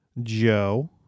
Joe